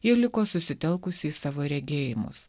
ji liko susitelkusi į savo regėjimus